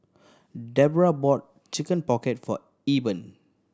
Debroah bought Chicken Pocket for Eben